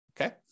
Okay